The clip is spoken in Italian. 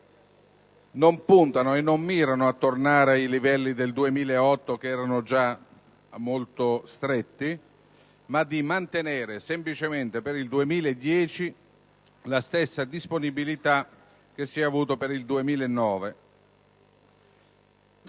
non puntano e non mirano a tornare ai livelli del 2008, che erano comunque già molto stretti, ma a mantenere semplicemente per il 2010 la stessa disponibilità che si è avuta per il 2009.